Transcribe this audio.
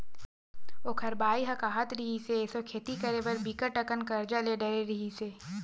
ओखर बाई ह काहत रिहिस, एसो खेती करे बर बिकट अकन करजा ले डरे रिहिस हे